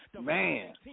Man